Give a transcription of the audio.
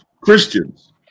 Christians